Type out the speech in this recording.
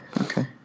Okay